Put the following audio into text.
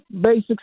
basic